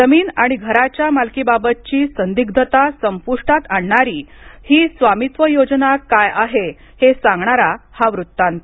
जमीन आणि घराच्या मालकीबाबतची संदिग्धता संप्टात आणणारी ही स्वामित्व योजना काय आहे ते सांगणारा हा वृत्तांत